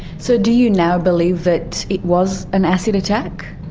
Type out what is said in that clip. so do you now believe that it was an acid attack?